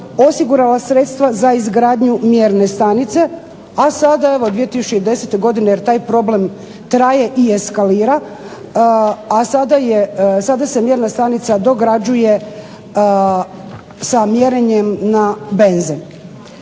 osigurala sredstva za izgradnju mjerne stanice, a sada evo 2010. godine, jer taj problem traje i eskalira, a sada je, sada se mjerna stanica dograđuje sa mjerenjem na benzen.